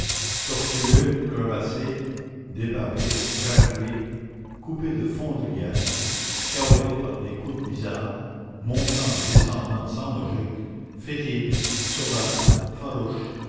tortueux crevassé dépavé craquelé coupé de fondrières cahoté par des coudes bizarres montant et descendant sans logique fétide sauvage farouche